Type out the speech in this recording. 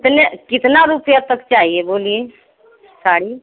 कितने कितना रुपया तक चाहिए बोलिए साड़ी